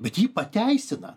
bet jį pateisina